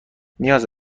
نیاز